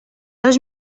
dos